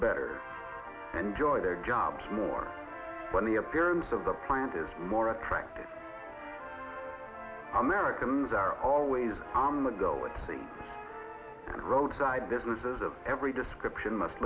better enjoy their jobs more when the appearance of the plant is more attractive markham's are always on the go with the roadside businesses of every description must